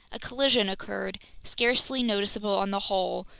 a collision occurred, scarcely noticeable on the whole,